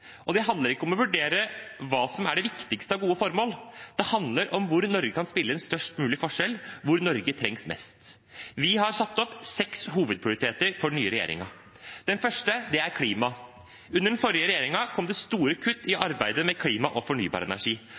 Det handler ikke om å vurdere hva som er det viktigste av gode formål. Det handler om hvor Norge kan utgjøre en størst mulig forskjell, hvor Norge trengs mest. Vi har satt opp seks hovedprioriteter for den nye regjeringen. Den første er klima. Under den forrige regjeringen kom det store kutt i arbeidet med klima og fornybar energi.